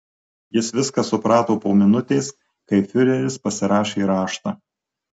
jis viską suprato po minutės kai fiureris pasirašė raštą